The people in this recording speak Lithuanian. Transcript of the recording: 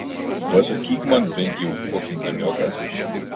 pasakyk man bent jau kokį namioką